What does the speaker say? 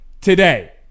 today